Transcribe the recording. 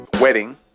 wedding